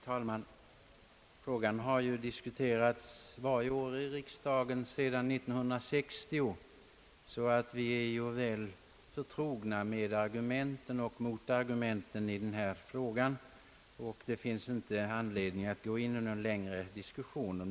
Herr talman! Denna fråga har diskuterats varje år i riksdagen sedan 1960, och vi är således väl förtrogna med argument och motargument. Det finns därför ingen anledning att gå in på någon längre diskussion.